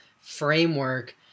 framework